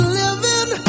living